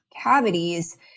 cavities